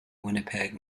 winnipeg